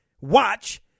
watch